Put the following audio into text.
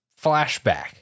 flashback